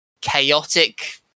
chaotic